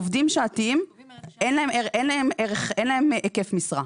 עובדים שעתיים אין להם ערך, אין להם היקף משרה.